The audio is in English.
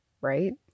right